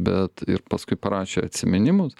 bet ir paskui parašė atsiminimus